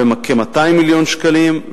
בכ-200 מיליון שקלים,